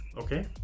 Okay